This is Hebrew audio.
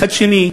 מצד שני,